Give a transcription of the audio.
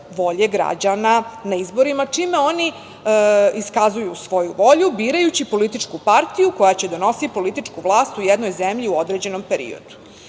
volje građana na izborima, čime oni iskazuju svoju volju, birajući političku partiju koja će da nosi političku vlast u jednoj zemlji u određenom periodu.E,